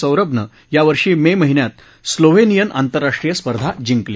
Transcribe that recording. सौरभनं यावर्षी मे महिन्यात स्लोव्हेनियन आंतरराष्ट्रीय स्पर्धा जिंकली